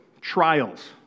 trials